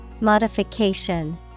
Modification